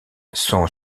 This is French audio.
son